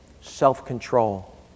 self-control